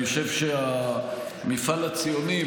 אני חושב שהמפעל הציוני,